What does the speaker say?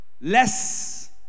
Less